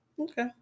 Okay